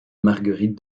marguerite